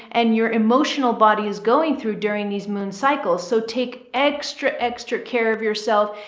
and your emotional body is going through during these moon cycles. so take extra extra care of yourself.